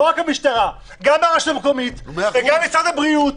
לא רק המשטרה אלא גם הרשות המקומית וגם משרד הבריאות,